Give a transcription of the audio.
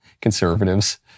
conservatives